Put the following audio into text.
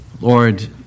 Lord